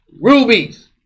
rubies